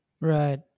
Right